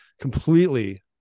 completely